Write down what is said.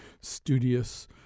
studious